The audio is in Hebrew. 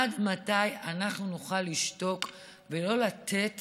עד מתי אנחנו נוכל לשתוק ולא לתת